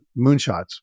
moonshots